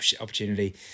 opportunity